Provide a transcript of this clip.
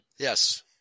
Yes